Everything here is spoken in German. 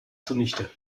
zunichte